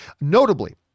Notably